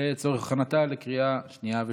לצורך הכנתה לקריאה שנייה ושלישית.